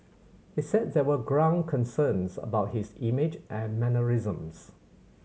he said there were ground concerns about his image and mannerisms